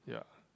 ya